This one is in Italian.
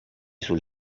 sul